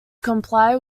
comply